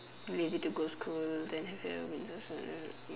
lazy to go school then have